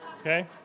okay